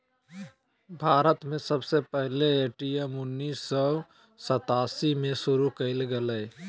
भारत में सबसे पहले ए.टी.एम उन्नीस सौ सतासी के शुरू कइल गेलय